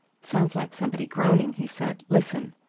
sounds like somebody groaning, he said. listen!